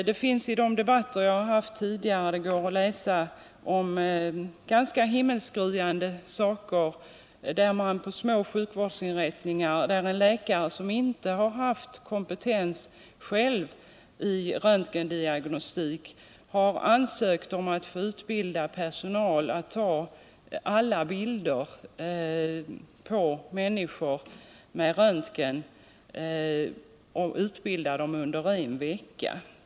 Det har givits exempel på detta i de debatter som jag deltagit i tidigare, och det går att läsa om himmelsskriande saker på små sjukvårdsinrättningar, där läkare som själva inte har haft kompetens i röntgendiagnostik har ansökt om att under en vecka få utbilda personal till att ta alla röntgenbilderna på människor.